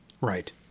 right